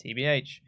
TBH